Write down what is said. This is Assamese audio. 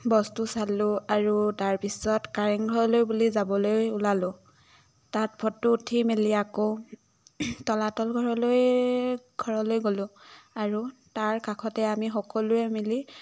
বস্তু চালোঁ আৰু তাৰপিছত কাৰেংঘৰলৈ বুলি যাবলৈ ওলালোঁ তাত ফটো উঠি মেলি আকৌ তলাতল ঘৰলৈ ঘৰলৈ গ'লোঁ আৰু তাৰ কাষতে আমি সকলোৱে মিলি